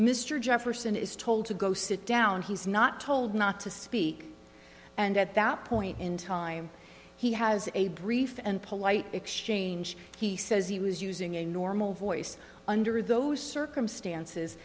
mr jefferson is told to go sit down he's not told not to speak and at that point in time he has a brief and polite exchange he says he was using a normal voice under those circumstances